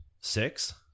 six